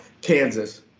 Kansas